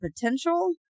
potential